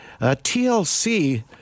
tlc